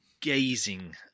gazing